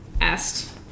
asked